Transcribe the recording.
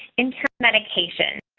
intermedication